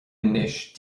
anois